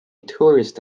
tourist